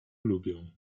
lubią